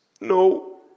No